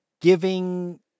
giving